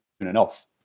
enough